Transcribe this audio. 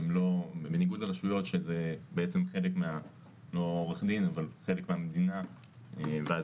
בניגוד לרשויות שזה בעצם חלק מהמדינה ואז